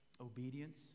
obedience